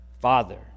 Father